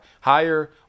higher